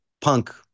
punk